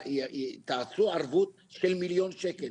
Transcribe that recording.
תעשו ערבות של מיליון שקל.